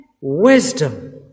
Wisdom